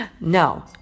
no